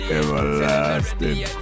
everlasting